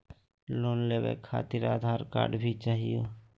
Loan लेवे खातिरआधार card भी चाहियो?